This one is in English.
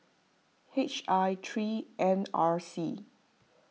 H I three N R C